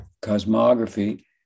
cosmography